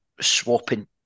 swapping